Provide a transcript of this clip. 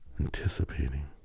anticipating